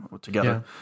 together